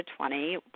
20